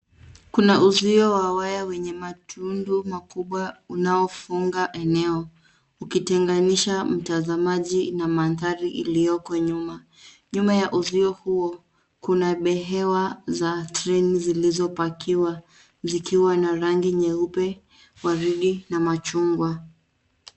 Kuna uzio wa waya wenye matundu makubwa unaofunga eneo. Ukitenganisha mtazamaji na mandhati iliyoko nyuma. Nyuma ya uzio huo kuna mbehewa za treni zilizopakiwa zikiwa na rangi nyeupe, waridi na machungwa.